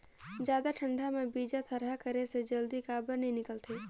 जादा ठंडा म बीजा थरहा करे से जल्दी काबर नी निकलथे?